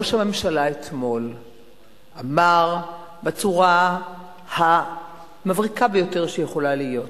ראש הממשלה דיבר אתמול בצורה המבריקה ביותר שיכולה להיות,